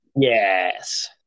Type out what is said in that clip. Yes